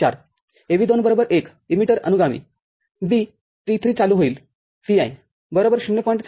४ AV२ १ इमीटर अनुगामी B T ३ चालू होईल Vi ०